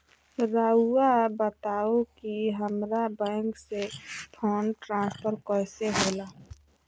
राउआ बताओ कि हामारा बैंक से फंड ट्रांसफर कैसे होला?